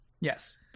Yes